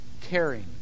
caring